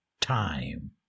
time